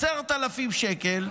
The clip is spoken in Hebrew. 10,000 שקל,